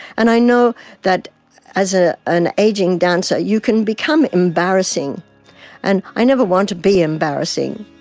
and i know that as ah an aging dancer you can become embarrassing and i never want to be embarrassing.